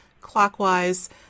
clockwise